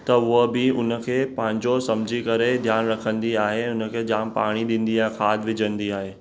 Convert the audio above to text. त उहा बि उन खे पंहिंजो सम्झी करे ध्यानु रखंदी आहे हुन खे जामु पाणी ॾींदी आहे खाद विझंदी आहे